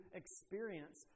experience